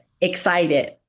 excited